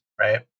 right